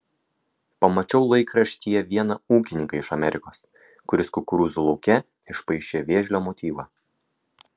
pamačiau laikraštyje vieną ūkininką iš amerikos kuris kukurūzų lauke išpaišė vėžlio motyvą